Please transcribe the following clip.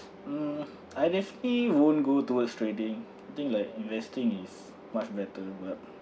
mm I definitely won't go towards trading I think like investing is much better but